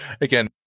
Again